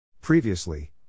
Previously